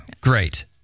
great